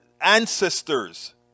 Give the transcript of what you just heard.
ancestors